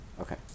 Okay